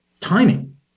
timing